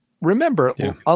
Remember